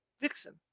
Vixen